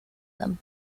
them